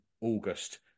August